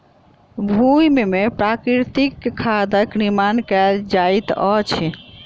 भूमि में प्राकृतिक खादक निर्माण कयल जाइत अछि